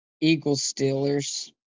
Eagles-Steelers